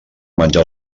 menjar